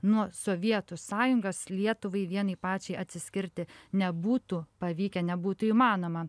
nuo sovietų sąjungos lietuvai vienai pačiai atsiskirti nebūtų pavykę nebūtų įmanoma